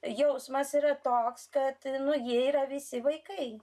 jausmas yra toks kad jie yra visi vaikai